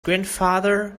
grandfather